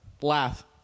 Laugh